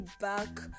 back